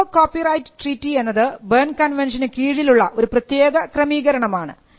വൈപോ copyright treaty എന്നത് Berne കൺവെൻഷനു കീഴിലുള്ള ഒരു പ്രത്യേക ക്രമീകരണമാണ്